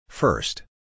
First